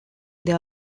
their